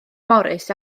morris